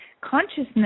consciousness